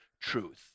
truth